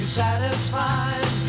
satisfied